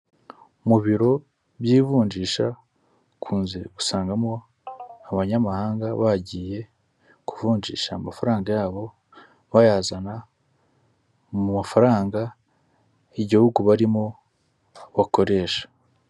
Mu biro by'ivunjisha ukunze gusangamo abanyamahanga bagiye kuvunjisha amafaranga yabo bayazana mu mafaranga, igihugu barimo bakoresha.